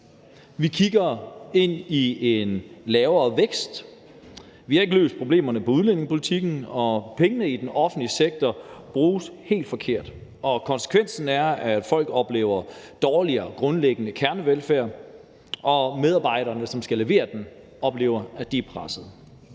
vi kigger ind i en lavere vækst, vi har ikke løst problemerne med udlændingepolitikken, og pengene i den offentlige sektor bruges helt forkert, og konsekvensen er, at folk oplever dårligere grundlæggende kernevelfærd, og medarbejderne, som skal levere den, oplever, at de er pressede.